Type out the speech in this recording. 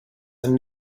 and